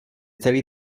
celý